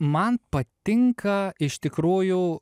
man patinka iš tikrųjų